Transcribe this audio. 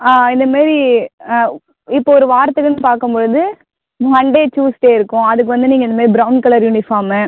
இந்தமாரி இப்போது ஒரு வாரத்துக்குன்னு பார்க்கும்பொழுது மண்டே டியூஸ்டே இருக்கும் அதுக்கு வந்து நீங்கள் இந்தமாரி ப்ரௌன் கலர் யூனிஃபார்மு